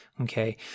Okay